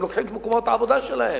הם לוקחים את מקומות העבודה שלהם,